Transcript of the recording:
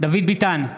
דוד ביטן,